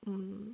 mm